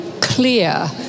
clear